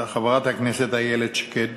חברת הכנסת איילת שקד.